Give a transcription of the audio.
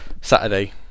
Saturday